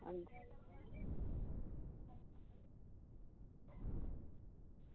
अंजी